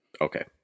Okay